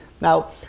now